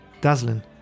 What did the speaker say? Dazzling